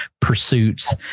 pursuits